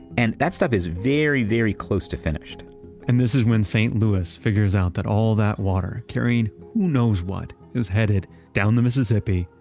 and that stuff was very, very close to finished and this is when st. louis figures out that all that water carrying who knows what is headed down the mississippi,